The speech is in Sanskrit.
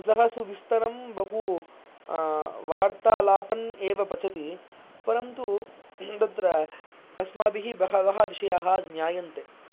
सः सुविस्तरं बहु वार्तालापन् एव पचति परन्तु तत्र अस्माभिः बहवः विषयाः ज्ञायन्ते